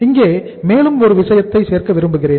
இங்கே மேலும் ஒரு விஷயத்தை சேர்க்க விரும்புகிறேன்